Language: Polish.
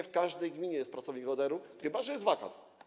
W każdej gminie jest pracownik ODR-u, chyba że jest wakat.